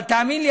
אבל תאמין לי,